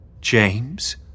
James